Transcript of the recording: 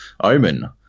Omen